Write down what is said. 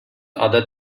other